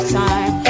time